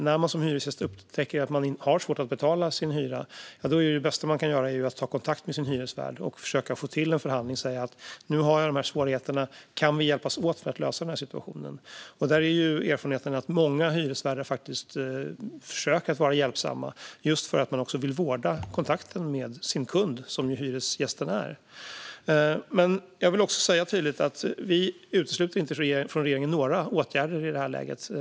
När man som hyresgäst upptäcker att man har svårt att betala sin hyra är det bästa man kan göra att ta kontakt med sin hyresvärd och försöka få till en förhandling. Man säger: Nu har jag de här svårigheterna - kan vi hjälpas åt för att lösa situationen? Erfarenheten är att många hyresvärdar faktiskt försöker vara hjälpsamma, för de vill ju vårda kontakten med den kund som hyresgästen faktiskt är. Jag vill också säga tydligt att vi från regeringens sida inte utesluter några åtgärder i det här läget.